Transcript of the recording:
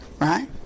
Right